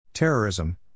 Terrorism